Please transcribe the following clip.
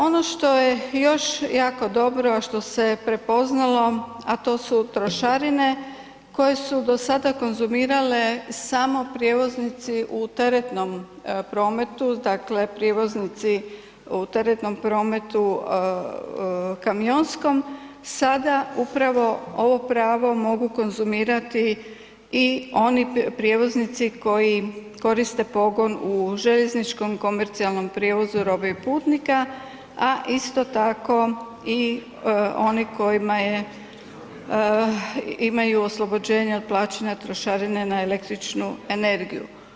Ono što je još jako dobro, a što se prepoznalo, a to su trošarine koje su do sada konzumirale samo prijevoznici u teretnom prometu, dakle prijevoznici u teretnom prometu kamionskom, sada upravo ovo pravo mogu konzumirati i oni prijevoznici koji koriste pogon u željezničkom komercionalnom prijevozu robe i putnika, a isto tako i oni kojima je, imaju oslobođenje od plaćanja trošarine na električnu energiju.